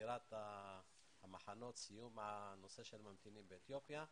סגירת המחנות, סיום הנושא של ממתינים באתיופיה,